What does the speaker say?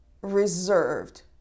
reserved